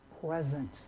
present